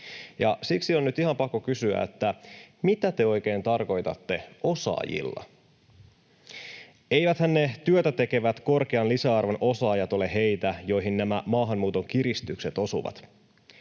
Siksi on nyt ihan pakko kysyä, mitä te oikein tarkoitatte osaajilla. Eiväthän ne työtä tekevät korkean lisäarvon osaajat ole heitä, joihin nämä maahanmuuton kiristykset osuvat.